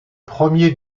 premier